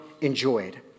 enjoyed